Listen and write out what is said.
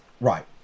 Right